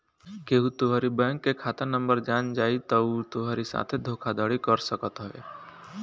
केहू तोहरी बैंक के खाता नंबर जान जाई तअ उ तोहरी साथे धोखाधड़ी कर सकत हवे